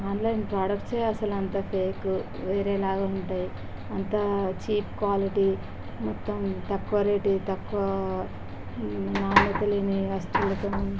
online ప్రొడక్ట్సే అసలు అంతా ఫేకు వేరే లాగా ఉంటాయి అంతా చీప్ క్వాలిటీ మొత్తం తాకువ రేటువి తక్కువ నాణ్యత లేని వస్తువులని